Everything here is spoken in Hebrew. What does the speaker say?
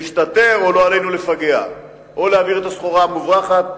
להסתתר או לא עלינו לפגע או להעביר את הסחורה המוברחת,